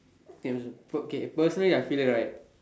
and okay personally I feel that right